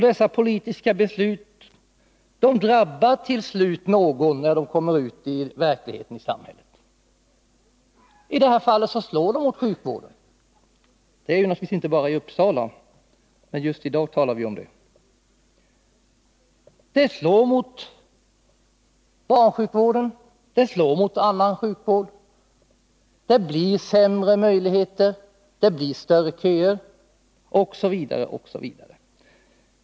Dessa politiska beslut drabbar till slut någon när de kommer ut i verklighetens samhälle. I det här fallet slår de mot sjukvården. Detta gäller naturligtvis inte bara Uppsala, men just i dag talar vi om sjukvården där. Det slår mot barnsjukvården, och det slår mot annan sjukvård. Det blir sämre möjligheter, det blir längre köer osv.